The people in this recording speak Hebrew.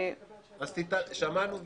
שמענו והתעלמנו.